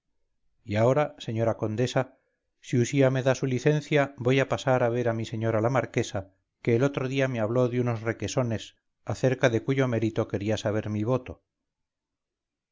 y ahora señora condesa si usía me da su licencia voy a pasar a ver a mi señora la marquesa que el otro día me habló de unos requesones acerca de cuyo mérito quería saber mi voto